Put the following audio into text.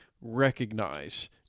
recognize